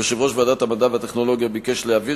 יושב-ראש ועדת המדע והטכנולוגיה ביקש להעביר